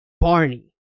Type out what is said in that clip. Barney